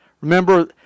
Remember